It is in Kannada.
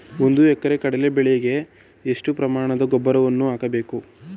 ಒಂದು ಎಕರೆ ಕಡಲೆ ಬೆಳೆಗೆ ಎಷ್ಟು ಪ್ರಮಾಣದ ಗೊಬ್ಬರವನ್ನು ಹಾಕಬೇಕು?